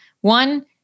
One